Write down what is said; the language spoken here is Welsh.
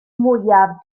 mwyaf